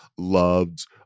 loved